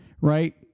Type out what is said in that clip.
right